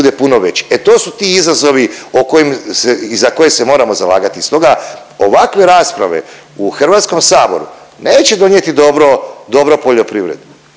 bude puno veći. E to su ti izazovi o kojim i za koje se moramo zalagati. Stoga ovakve rasprave u hrvatskom saboru neće donijeti dobro, dobro poljoprivredi